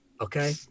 Okay